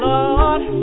Lord